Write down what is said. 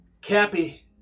Cappy